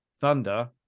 Thunder